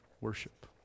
worship